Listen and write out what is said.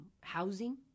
housing